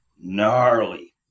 Gnarly